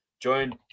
Join